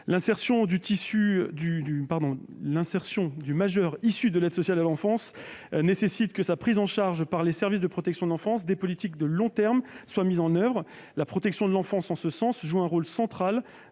L'insertion du majeur issu de l'aide sociale à l'enfance nécessite que, dès sa prise en charge par les services de protection de l'enfance, des politiques de long terme soient mises en oeuvre. La protection de l'enfance en ce sens joue un rôle central